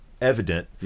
Evident